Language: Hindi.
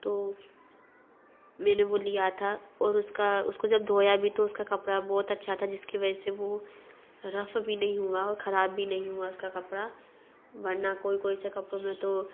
तो मेंने वो लिया था ओर उसका उसको जब धोया भी तो उसका कपड़ा बहुत अच्छा था जिसकी वजह से वो रफ़ भी नहीं हुआ और ख़राब भी नहीं हुआ उसका कपड़ा वरना कोई कोई से कपड़ो में तो